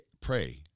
pray